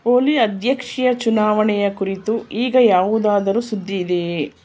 ಓಲಿ ಅಧ್ಯಕ್ಷೀಯ ಚುನಾವಣೆಯ ಕುರಿತು ಈಗ ಯಾವುದಾದರೂ ಸುದ್ದಿ ಇದೆಯೇ